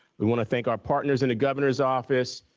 we want to thank our partners in the governor's office.